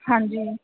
ਹਾਂਜੀ